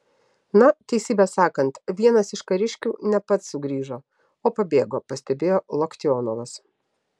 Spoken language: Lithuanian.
na teisybę sakant vienas iš kariškių ne pats sugrįžo o pabėgo pastebėjo loktionovas